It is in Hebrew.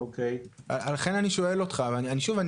שוב,